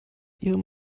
ihrem